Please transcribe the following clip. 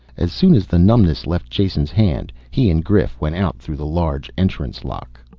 as soon as the numbness left jason's hand, he and grif went out through the large entrance lock.